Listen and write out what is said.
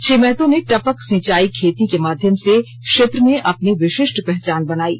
श्री महतो ने टपक सिंचाई खेती के माध्यम से क्षेत्र में अपनी विषिष्ट पहचान बनायी